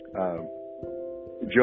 Joe